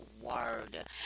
word